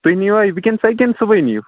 تُہۍ نِیٖوا وُکٮ۪نسٕے کِنہٕ صُبحٲے نِیِو